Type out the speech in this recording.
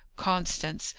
constance,